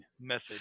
message